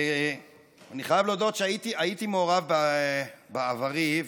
אני חייב להודות שהייתי מעורב בעברי,